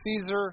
Caesar